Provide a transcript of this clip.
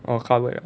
oh covered liao